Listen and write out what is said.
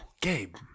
Gabe